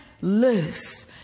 loose